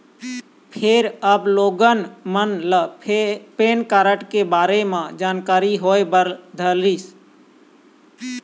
फेर अब लोगन मन ल पेन कारड के बारे म जानकारी होय बर धरलिस